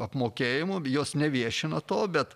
apmokėjimų jos neviešina to bet